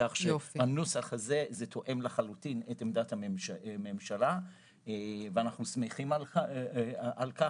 כך שהנוסח הזה תואם לחלוטין את עמדת הממשלה ואנחנו שמחים על כך.